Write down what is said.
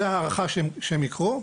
אבל זו ההערכה שהם יקרו.